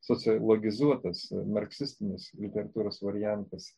sociologizuotas marksistinis literatūros variantas